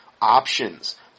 options